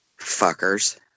Fuckers